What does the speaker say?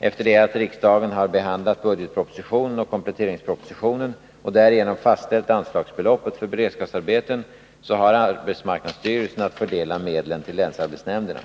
Efter det att riksdagen har behandlat budgetpropositionen och kompletteringspropositionen och därigenom fastställt anslagsbeloppet för beredskapsarbeten så har arbetsmarknadsstyrelsen att fördela medlen till länsarbetsnämnderna.